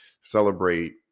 celebrate